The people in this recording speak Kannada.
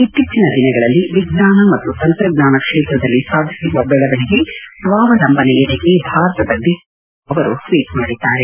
ಇತ್ತೀಚಿನ ದಿನಗಳಲ್ಲಿ ವಿಜ್ಞಾನ ಮತ್ತು ತಂತ್ರಜ್ಞಾನ ಕ್ಷೇತ್ರದಲ್ಲಿ ಸಾಧಿಸಿರುವ ಬೆಳವಣಿಗೆ ಸ್ಥಾವಲಂಬನೆಯೆಡೆಗೆ ಭಾರತದ ದಿಟ್ಟ ಹೆಜ್ಜೆಯಾಗಿದೆ ಎಂದು ಅವರು ಟ್ವೀಟ್ ಮಾಡಿದ್ದಾರೆ